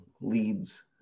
leads